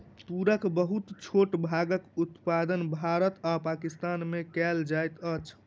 तूरक बहुत छोट भागक उत्पादन भारत आ पाकिस्तान में कएल जाइत अछि